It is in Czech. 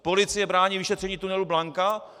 Policie brání vyšetření tunelu Blanka?